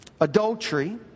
adultery